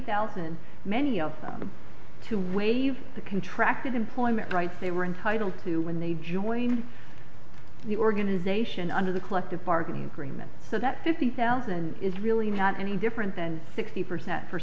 thousand many of them to waive the contract of employment rights they were entitled to when they joined the organization under the collective bargaining agreement so that fifty thousand is really not any different than sixty percent for